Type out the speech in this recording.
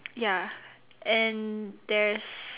ya and there's